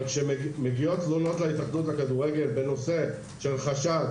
אבל כשמגיעות תלונות להתאחדות לכדורגל בנושא של חשד